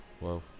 Wow